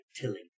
tilling